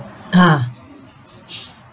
ah